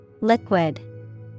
Liquid